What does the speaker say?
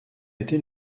été